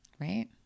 Right